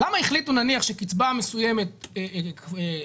למה החליטו נניח שקצבה מסוימת צמודה